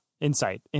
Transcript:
Insight